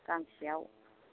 गांसेयाव